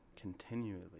continually